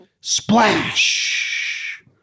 Splash